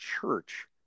church